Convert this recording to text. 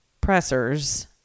pressers